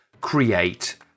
create